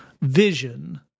vision